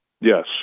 Yes